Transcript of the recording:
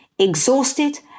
Exhausted